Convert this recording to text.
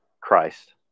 Christ